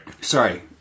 Sorry